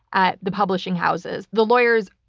at the publishing houses. the lawyers,